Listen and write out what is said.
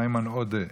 איימן עודה,